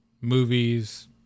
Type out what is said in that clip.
movies